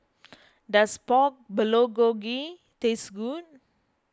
does Pork Bulgogi taste good